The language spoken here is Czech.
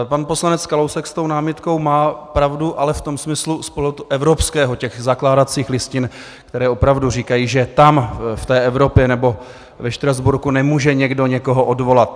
Pan poslanec Kalousek s tou námitkou má pravdu, ale v tom smyslu z pohledu evropského, těch zakládacích listin, které opravdu říkají, že tam, v té Evropě nebo ve Štrasburku, nemůže někdo někoho odvolat.